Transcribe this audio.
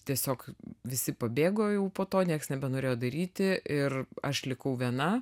tiesiog visi pabėgo jau po to nieks nebenorėjo daryti ir aš likau viena